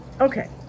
okay